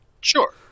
sure